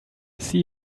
see